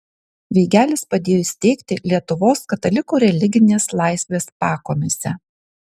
veigelis padėjo įsteigti lietuvos katalikų religinės laisvės pakomisę